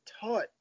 taught